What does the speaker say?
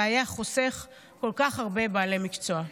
זה היה חוסך כל כך הרבה בעלי מקצוע".